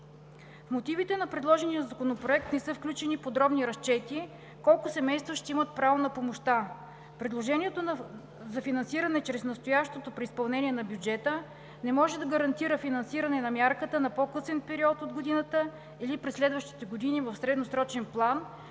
В мотивите на предложения законопроект не са включени подробни разчети колко семейства ще имат право на помощта. Предложението за финансиране чрез настоящото преизпълнение на бюджета не може да гарантира финансиране на мярката на по-късен период от годината или през следващите години в средносрочен план,